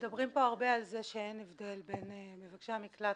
מדברים פה הרבה על זה שאין הבדל בין מבקשי המקלט